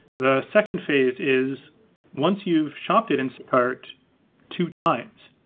the second phase is once you've shopped at instacart two times,